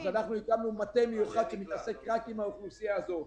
-- אנחנו הקמנו מטה מיוחד שמתעסק רק עם האוכלוסייה הזאת.